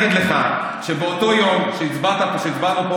אני רק רוצה להגיד לך שבאותו יום שהצבענו פה